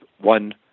one